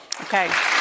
Okay